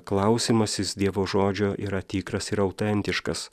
klausymasis dievo žodžio yra tikras ir autentiškas